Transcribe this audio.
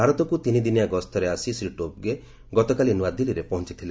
ଭାରତକୁ ତିନିଦିନିଆ ଗସ୍ତରେ ଆସି ଶ୍ରୀ ଟୋବ୍ଗେ ଗତକାଲି ନୂଆଦିଲ୍ଲୀରେ ପହଞ୍ଚିଥିଲେ